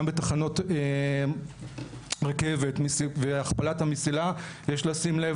גם בתחנות רכבת והכפלת המסילה יש לשים לב